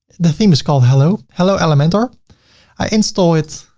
the theme is called hello, hello elementor. i install it.